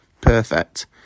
Perfect